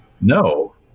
No